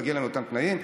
מגיע להם אותם תנאים.